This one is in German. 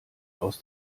aus